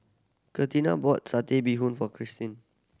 Katina bought Satay Bee Hoon for Christine